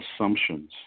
assumptions